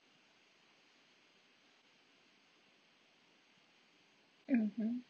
mmhmm